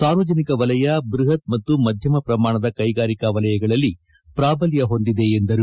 ಸಾರ್ವಜನಿಕ ವಲಯ ಬೃಹತ್ ಮತ್ತು ಮಧ್ಯಮ ಪ್ರಮಾಣದ ಕೈಗಾರಿಕಾ ವಲಯಗಳಲ್ಲಿ ಪ್ರಾಬಲ್ಲ ಹೊಂದಿದೆ ಎಂದರು